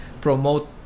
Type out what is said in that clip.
promote